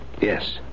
Yes